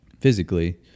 physically